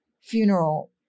funeral